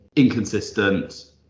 Inconsistent